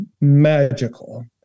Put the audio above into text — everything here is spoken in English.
magical